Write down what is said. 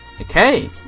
Okay